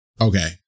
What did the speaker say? okay